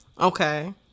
okay